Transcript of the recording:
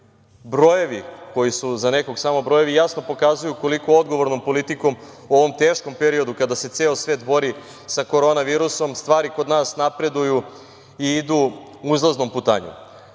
brojevi koji su za nekoga samo brojevi jasno pokazuju koliko odgovornom politikom u ovom teškom periodu, kada se ceo svet bori sa korona virusom, stvari kod nas napreduju i idu uzlaznom putanjom. Ono